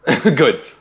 Good